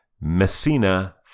Messina